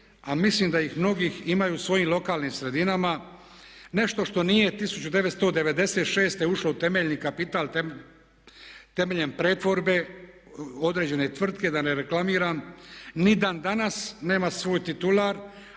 a mislim da ih mnogi imaju u svojim lokalnim sredinama, nešto što nije 1996. ušlo u temeljni kapital temeljem pretvorbe određene tvrtke, da ne reklamiram, ni dan danas nema svoj titular